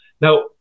Now